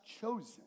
chosen